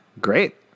Great